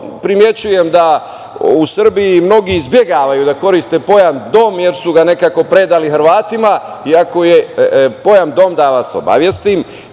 primećujem u Srbiji mnogi izbegavaju da koriste pojam dom jer su ga nekako predali Hrvatima i ako je pojam dom, da vas obavestim,